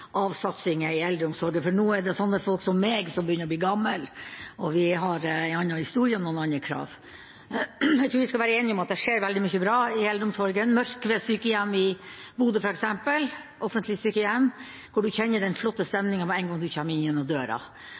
av satsinger i eldreomsorgen, for nå er det sånne folk som meg som begynner å bli gamle, og vi har en annen historie og andre krav. Jeg tror vi skal være enige om at det skjer veldig mye bra i eldreomsorgen, f.eks. ved Mørkved sykehjem i Bodø, et offentlig sykehjem, hvor man kjenner den flotte stemningen med en gang man kommer inn døra